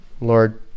Lord